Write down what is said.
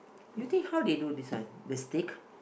you think how they do this one the stick